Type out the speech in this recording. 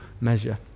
measure